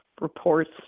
reports